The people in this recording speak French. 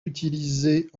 utilisés